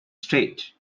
state